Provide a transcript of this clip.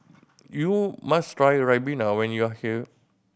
you must try ribena when you are here